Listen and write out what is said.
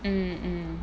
mm mm